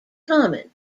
common